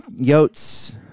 Yotes